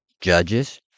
Judges